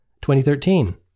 2013